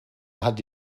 hat